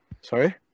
Sorry